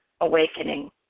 awakening